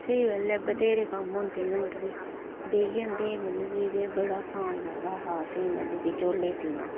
स्हेई गल्ल ऐ बत्हेरे कम्म होंदे होर बी बेही जंदे हे कि मतलब बड़ा आसान लगदा हा असें ई मतलब कि झोले सीना